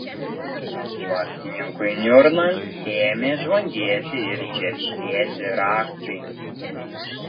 vartininkui niurnant ėmė žvangėti ir čerškėti raktai